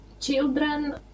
children